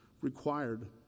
required